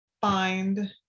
Find